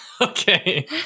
Okay